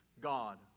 God